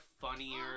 funnier